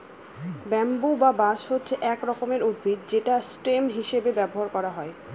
bamboo বা বাঁশ হচ্ছে এক রকমের উদ্ভিদ যেটা স্টেম হিসেবে ব্যবহার করা হয়